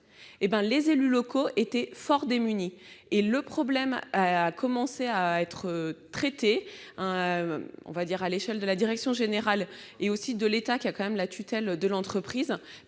les élus locaux étaient fort démunis. Le problème a commencé à être traité à l'échelle de la direction générale et de l'État, qui a la tutelle de l'entreprise,